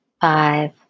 five